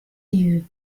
you